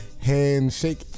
Handshake